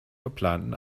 verplanten